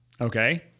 Okay